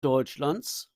deutschlands